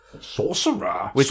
Sorcerer